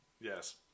Yes